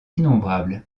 innombrables